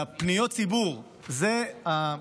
ופניות הציבור הן